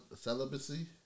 celibacy